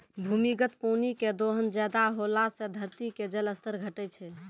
भूमिगत पानी के दोहन ज्यादा होला से धरती के जल स्तर घटै छै